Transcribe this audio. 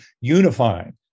unifying